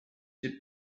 did